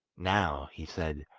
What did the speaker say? now, he said,